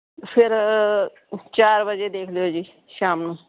ਫਿਰ ਚਾਰ ਵਜੇ ਦੇਖ ਲਿਓ ਜੀ ਸ਼ਾਮ ਨੂੰ